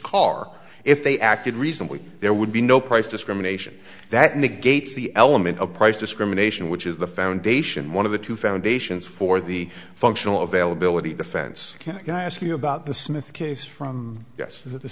car if they acted reasonably there would be no price discrimination that negates the element of price discrimination which is the foundation one of the two foundations for the functional availability defense can i ask you about the smith case from yes